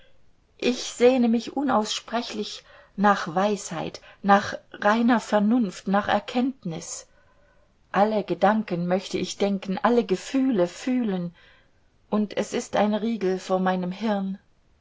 ich sehne mich unaussprechlich nach weisheit nach reiner vernunft nach erkenntnis alle gedanken möchte ich denken alle gefühle fühlen und es ist ein riegel vor meinem hirn